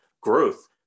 growth